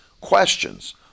questions